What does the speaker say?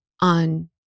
on